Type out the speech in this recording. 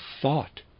thought